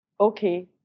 Okay